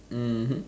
mmhmm